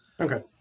Okay